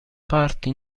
parti